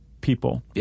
people